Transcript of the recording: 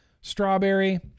Strawberry